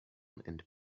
and